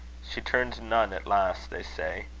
she turned nun at last, they say.